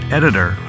editor